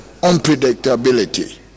unpredictability